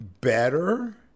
Better